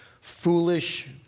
foolish